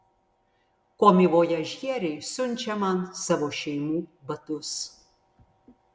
komivojažieriai siunčia man savo šeimų batus